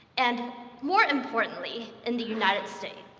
and more importantly, in the united states.